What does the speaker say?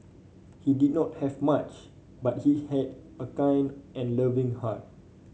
he did not have much but he had a kind and loving heart